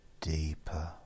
Deeper